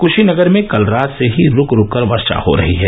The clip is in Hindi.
कशीनगर में कल रात से ही रूक रूक कर वर्षा हो रही है